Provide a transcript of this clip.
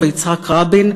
ויצחק רבין,